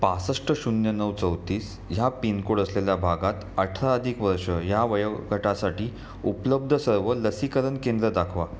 पासष्ट शून्य नऊ चौतीस ह्या पिनकोड असलेल्या भागात अठरा अधिक वर्ष ह्या वयोगटासाठी उपलब्ध सर्व लसीकरण केंद्रे दाखवा